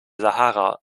sahara